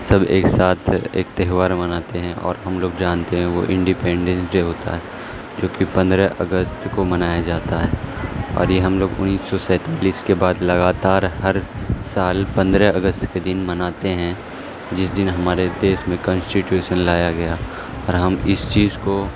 سب ایک ساتھ ایک تہوار مناتے ہیں اور ہم لوگ جانتے ہیں وہ انڈیپینڈینس ڈے ہوتا ہے جو کہ پندرہ اگست کو منایا جاتا ہے اور یہ ہم لوگ انیس سو سینتالیس کے بعد لگاتار ہر سال پندرہ اگست کے دن مناتے ہیں جس دن ہمارے دیس میں کانسٹیٹیوشن لایا گیا اور ہم اس چیز کو